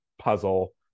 puzzle